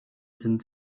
sind